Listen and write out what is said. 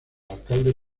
alcalde